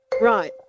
Right